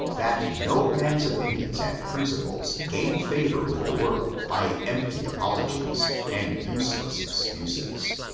that no man's opinions and principles gain favor with the world by empty apologjes and useless excuses